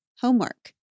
homework